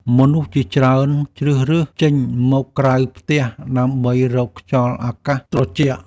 មនុស្សជាច្រើនជ្រើសរើសចេញមកក្រៅផ្ទះ ដើម្បីរកខ្យល់អាកាសត្រជាក់។